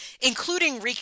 including –